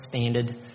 standard